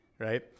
Right